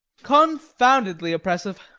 confoundedly oppressive.